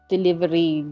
Delivery